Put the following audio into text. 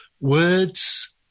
words